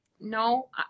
no